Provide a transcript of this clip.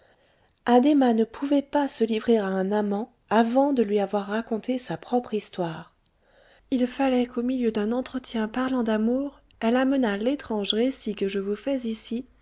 addhéma ne pouvait pas se livrer à un amant avant de lui avoir raconté sa propre histoire il fallait qu'au milieu d'un entretien d'amour elle amenât l'étrange récit que je vous fais ici